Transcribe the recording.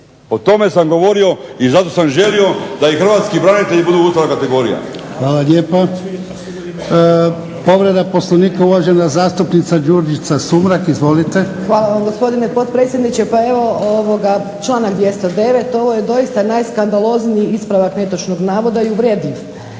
O tome sam govorio i zato sam želio da i hrvatski branitelji budu ustavna kategorija. **Jarnjak, Ivan (HDZ)** Hvala lijepa. Povreda Poslovnika, uvažena zastupnica Đurđica Sumrak. Izvolite. **Sumrak, Đurđica (HDZ)** Hvala vam, gospodine potpredsjedniče. Članak 209., ovo je doista najskandalozniji ispravak netočnog navoda i uvredljiv